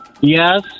Yes